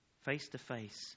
face-to-face